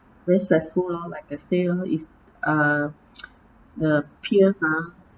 very stressful lor like I say lor is uh the peers ah